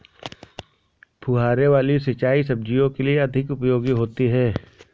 फुहारे वाली सिंचाई सब्जियों के लिए अधिक उपयोगी होती है?